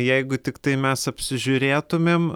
jeigu tiktai mes apsižiūrėtumėm